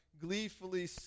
gleefully